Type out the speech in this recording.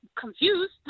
confused